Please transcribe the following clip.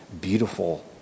beautiful